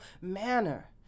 manner